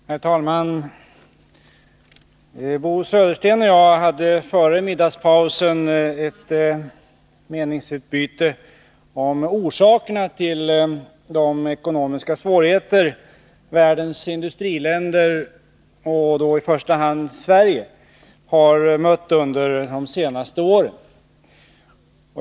Herr talman! Bo Södersten och jag hade före middagspausen ett meningsutbyte om orsakerna till de ekonomiska svårigheter som världens industriländer och då i första hand Sverige har mött under de senaste åren.